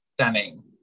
Stunning